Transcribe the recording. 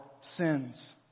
sins